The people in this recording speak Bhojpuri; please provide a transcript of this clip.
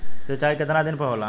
सिंचाई केतना दिन पर होला?